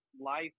life